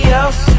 else